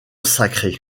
sacré